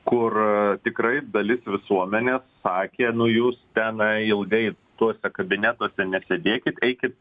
kur tikrai dalis visuomenės sakė nu jūs tenai ilgai tuose kabinetuose nesėdėkit eikit